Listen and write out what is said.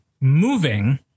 moving